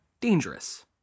dangerous